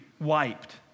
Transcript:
wiped